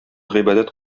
гыйбадәт